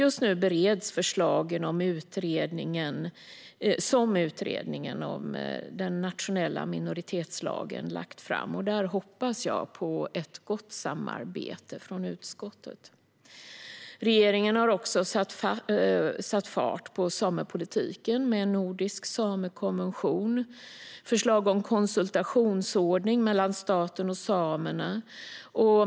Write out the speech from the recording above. Just nu bereds förslagen som utredningen om den nationella minoritetslagen lagt fram. Där hoppas jag på ett gott samarbete från utskottet. Regeringen har också satt fart på samepolitiken med en nordisk samekonvention och förslag om konsultationsordning mellan staten och samerna.